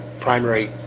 primary